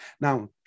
Now